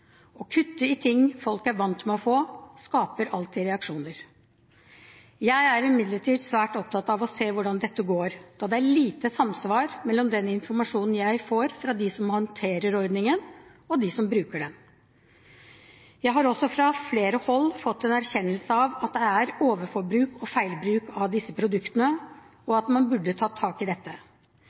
Å kutte i ting folk er vant med å få, skaper alltid reaksjoner. Jeg er imidlertid svært opptatt av å se hvordan dette går, da det er lite samsvar mellom den informasjonen jeg får fra dem som håndterer denne ordningen, og dem som bruker den. Jeg har også fra flere hold fått en erkjennelse av at det er overforbruk og feilbruk av disse produktene, og at man burde tatt tak i dette.